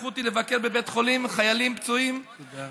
לקחו אותי לבקר חיילים פצועים בבית חולים,